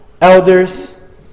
elders